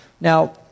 Now